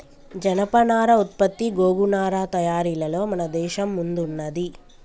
జనపనార ఉత్పత్తి గోగు నారా తయారీలలో మన దేశం ముందున్నది